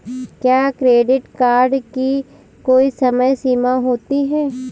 क्या credit card की कोई समय सीमा होती है?